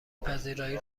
پذیرایی